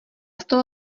stole